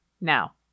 now